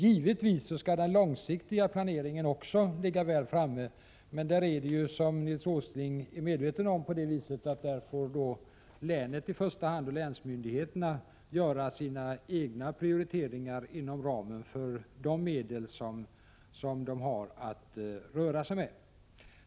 Givetvis skall den långsiktiga planeringen också ligga väl framme, men där är det, som Nils G. Åsling är medveten om, så att det i första hand är länet och länsmyndigheterna som får göra sina egna prioriteringar, inom ramen för de medel som de har att röra sig med.